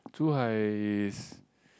Zhu-hai is